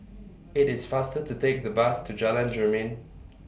IT IS faster to Take The Bus to Jalan Jermin